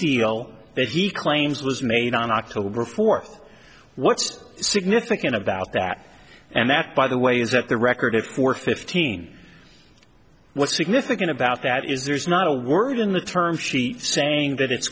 deal that he claims was made on october fourth what's significant about that and that by the way is that the record for fifteen what's significant about that is there's not a word in the term sheet saying that it's